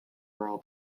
rural